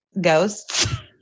ghosts